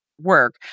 work